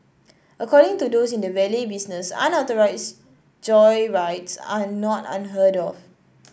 according to those in the valet business unauthorised joyrides are not unheard of